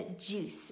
juice